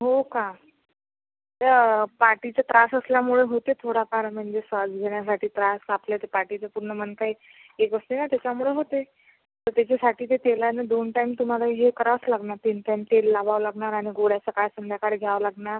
हो का ते पाठीचा त्रास असल्यामुळे होते थोडाफार म्हणजे श्वास घेण्यासाठी त्रास आपल्या त्या पाठीचा पूर्ण मणका एक असतो ना त्याच्यामुळे होते तर त्याच्यासाठी ते तेलानं दोन टाईम तुम्हाला हे करावंच लागणार तीन टाईम तेल लावावं लागणार आणि गोळ्या सकाळ संध्याकाळ घ्याव्या लागणार